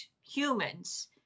humans